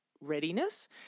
readiness